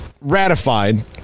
ratified